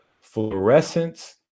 fluorescence